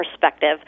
perspective